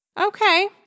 Okay